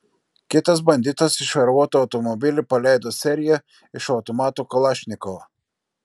kitas banditas į šarvuotą automobilį paleido seriją iš automato kalašnikov